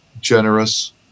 generous